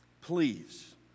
please